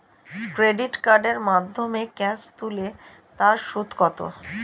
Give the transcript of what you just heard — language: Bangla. ক্রেডিট কার্ডের মাধ্যমে ক্যাশ তুলে তার সুদ কত?